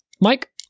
Mike